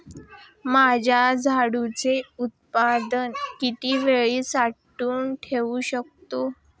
माझे झेंडूचे उत्पादन किती वेळ साठवून ठेवू शकतो?